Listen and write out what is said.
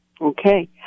Okay